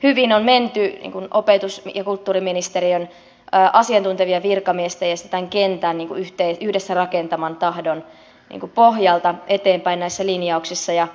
hyvin on menty opetus ja kulttuuriministeriön asiantuntevien virkamiesten ja tämän kentän yhdessä rakentaman tahdon pohjalta eteenpäin näissä linjauksissa